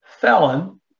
felon